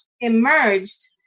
emerged